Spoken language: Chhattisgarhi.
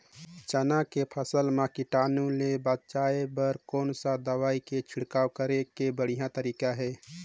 चाना के फसल मा कीटाणु ले बचाय बर कोन सा दवाई के छिड़काव करे के बढ़िया तरीका हे?